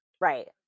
Right